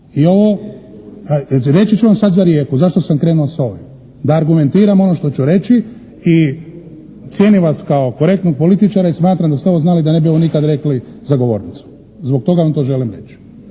… Reći ću vam sad za Rijeku. Zašto sam krenuo s ovim? Da argumentiram ono što ću reći i cijenim vas kao korektnog političara i smatram da ste ovo znali da ne bi ovo nikad rekli za govornicom, zbog toga vam to želim reći.